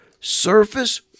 surface